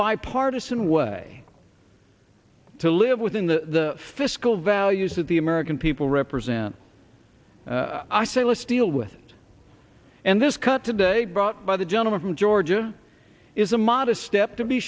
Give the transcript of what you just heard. bipartisan way to live within the fiscal values that the american people represent i say let's deal with it and this cut today brought by the gentleman from georgia is a modest step to be